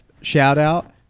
shout-out